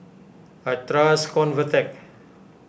I trust Convatec